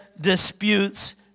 disputes